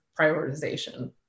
prioritization